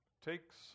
takes